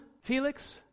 Felix